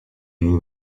nous